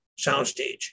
soundstage